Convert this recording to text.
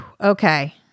okay